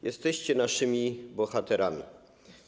Jesteście naszymi bohaterami.